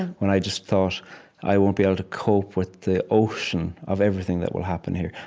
when i just thought i won't be able to cope with the ocean of everything that will happen here,